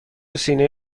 سینه